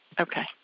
Okay